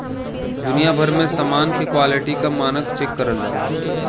दुनिया भर में समान के क्वालिटी क मानक चेक करल जाला